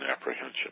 apprehension